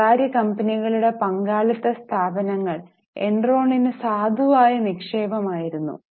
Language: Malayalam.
സ്വകാര്യ കമ്പനികളുടെ പങ്കാളിത്ത സ്ഥാപനങ്ങൾ എൻറോണിന് സാധുവായ നിക്ഷേപമായിരുന്നു